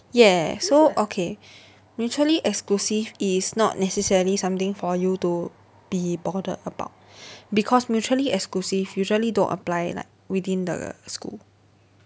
yeah so okay mutually exclusive is not necessarily something for you to be bothered about because mutually exclusive usually don't apply like within the school